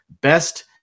Best